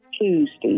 Tuesday